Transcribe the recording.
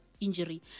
injury